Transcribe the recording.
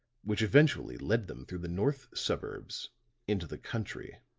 which eventually led them through the north suburbs into the country.